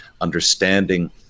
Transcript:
understanding